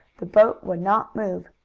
the boat would not move.